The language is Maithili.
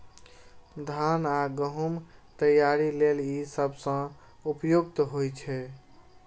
धान आ गहूम तैयारी लेल ई सबसं उपयुक्त होइ छै